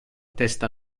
testa